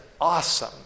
awesome